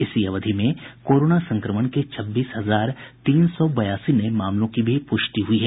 इसी अवधि में कोरोना संक्रमण के छब्बीस हजार तीन सौ बयासी नए मामलों की भी पुष्टि हुई है